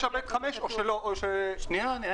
9(ב)(5) זה לול ללא כלובים?